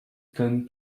ten